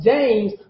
James